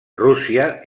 rússia